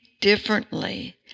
differently